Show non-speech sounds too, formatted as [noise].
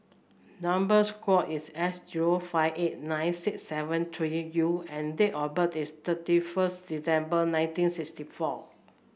number [unintelligible] is S zero five eight nine six seven three U and date of birth is thirty first December nineteen sixty four